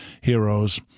heroes